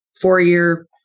four-year